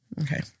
Okay